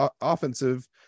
offensive